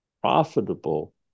profitable